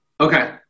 Okay